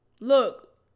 Look